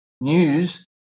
news